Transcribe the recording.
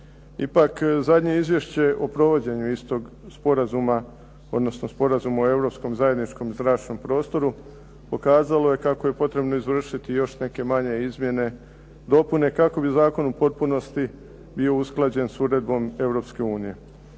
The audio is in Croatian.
Ipak zadnje izvješće o provođenju istog sporazuma, odnosno Sporazuma o europskom zajedničkom zračnom prostoru, pokazalo je kako je potrebno izvršiti još neke manje izmjene i dopune kako bi zakon u potpunosti bio usklađen s uredbom Europske unije.